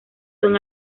son